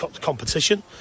competition